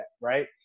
Right